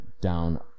down